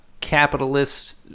capitalist